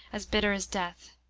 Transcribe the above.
as bitter as death.